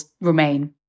remain